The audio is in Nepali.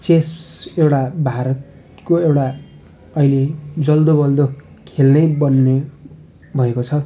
चेस एउटा भारतको एउटा अहिले जल्दोबल्दो खेल नै बन्ने भएको छ